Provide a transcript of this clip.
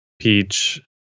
Peach